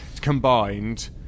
Combined